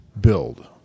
build